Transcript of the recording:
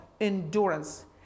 endurance